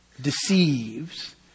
deceives